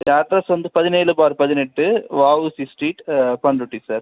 என் address வந்து பதினேழு பார் பதினெட்டு வஉசி ஸ்ட்ரீட் பண்ருட்டி சார்